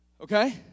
Okay